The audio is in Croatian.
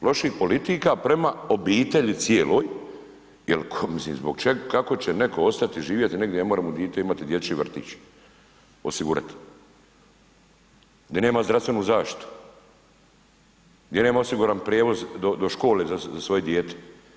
Loših politika prema obitelji cijeloj, jer mislim zbog čega, kako će netko ostati živjeti negdje ne more mu dite imati dječji vrtić, osigurati, di nema zdravstvenu zaštitu, gdje nema osiguran prijevoz do škole za svoje dijete.